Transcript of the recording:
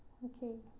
okay